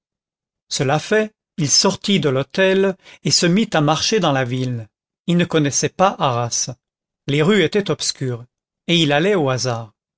cela fait il sortit de l'hôtel et se mit à marcher dans la ville il ne connaissait pas arras les rues étaient obscures et il allait au hasard